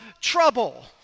trouble